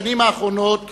בשנים הראשונות